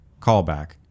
callback